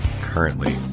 currently